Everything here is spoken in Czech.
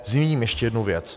Zmíním ještě jednu věc.